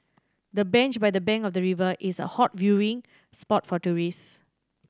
the bench by the bank of the river is a hot viewing spot for tourists